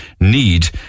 need